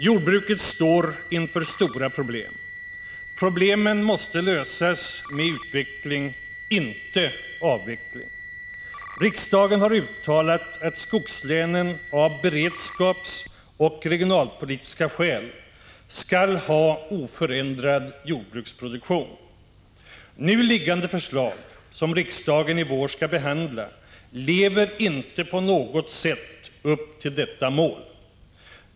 Jordbruket står inför stora problem. Dessa måste lösas med utveckling — inte avveckling. Riksdagen har uttalat att skogslänen av beredskapsoch regionalpolitiska skäl skall ha oförändrad jordbruksproduktion. Det förslag som riksdagen i vår skall behandla lever inte på något sätt upp till detta mål.